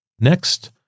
Next